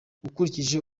akurikije